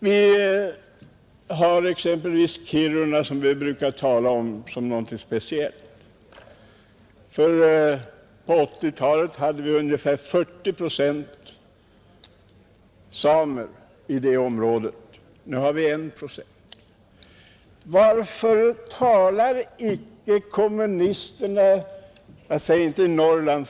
Vi har exempelvis Kiruna, som vi brukar tala om som någonting speciellt. På 1880-talet uppgick antalet samer till ungefär 40 procent av befolkningen i det området; nu utgör de 1 procent.